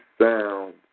sound